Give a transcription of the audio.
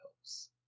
helps